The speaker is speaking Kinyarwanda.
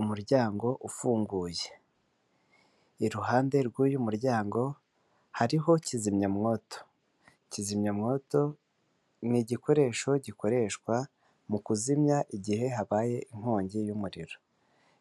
Umuryango ufunguye iruhande rw'uyu muryango hariho kizimyamwoto kizimyamwoto ni igikoresho gikoreshwa mu kuzimya igihe habaye inkongi y'umuriro